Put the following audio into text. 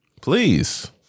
please